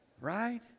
Right